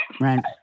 right